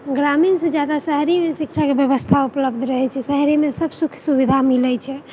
ग्रामीणसँ ज्यादा शहरीमे शिक्षाके बेबस्था उपलब्ध रहै छै शहरीमे सब सुख सुविधा मिलै छै